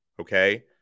Okay